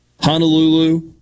Honolulu